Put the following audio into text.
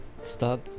Stop